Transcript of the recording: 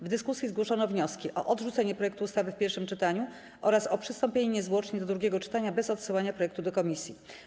W dyskusji zgłoszono wnioski o odrzucenie projektu ustawy w pierwszym czytaniu oraz o przystąpienie niezwłocznie do drugiego czytania bez odsyłania projektu do komisji.